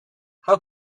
how